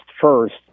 first